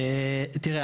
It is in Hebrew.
תראה,